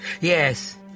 Yes